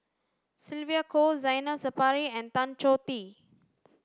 Sylvia Kho Zainal Sapari and Tan Choh Tee